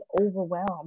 overwhelmed